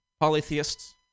polytheists